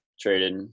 traded